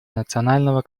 национального